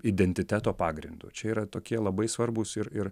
identiteto pagrindu čia yra tokie labai svarbūs ir ir